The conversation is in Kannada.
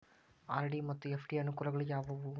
ಆರ್.ಡಿ ಮತ್ತು ಎಫ್.ಡಿ ಯ ಅನುಕೂಲಗಳು ಯಾವವು?